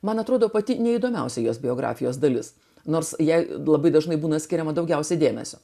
man atrodo pati neįdomiausia jos biografijos dalis nors jai labai dažnai būna skiriama daugiausiai dėmesio